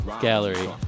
Gallery